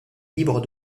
libre